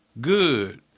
Good